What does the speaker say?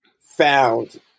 found